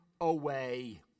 away